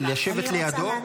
לשבת לידו,